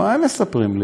מה הם מספרים לי?